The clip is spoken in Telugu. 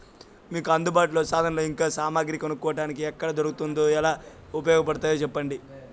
మీకు అందుబాటులో సాధనాలు ఇంకా సామగ్రి కొనుక్కోటానికి ఎక్కడ దొరుకుతుందో ఎలా ఉపయోగపడుతాయో సెప్పండి?